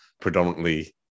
predominantly